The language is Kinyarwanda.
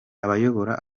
abayobora